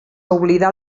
oblidar